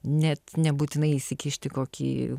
net nebūtinai įsikišti kokį